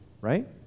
right